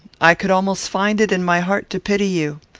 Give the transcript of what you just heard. i could almost find it in my heart to pity you.